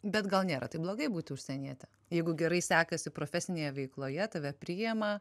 bet gal nėra taip blogai būti užsieniete jeigu gerai sekasi profesinėje veikloje tave priima